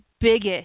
biggest